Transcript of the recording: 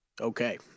Okay